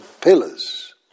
pillars